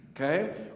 Okay